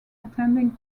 attending